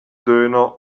döner